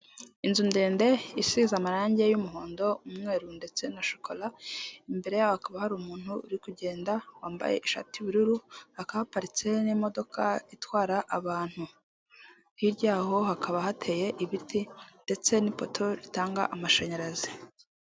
Inzu ndende isize amarangi y'umuhondo, umweru ndetse na shokora, imbere yakaba hari umuntu uri kugenda wambaye ishati y'ubururu, hakaba haparitse n'imodoka itwara abantu, hirya y'aho hakaba hateye ibiti ndetse n'ipoto ritanga amashanyarazi.